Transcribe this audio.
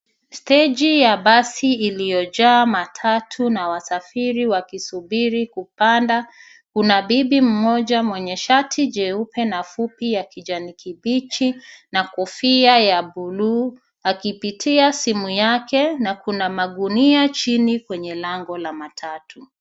Steji ya basi iliyojaa matatu na wasafiri wakisubiri kupanda. Kuna bibi mmoja mwenye shati jeupe na fupi ya kijani kibichi na kofia ya buluu akipitia simu yake na kuna magunia chini kwenye lango la matatu.